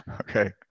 Okay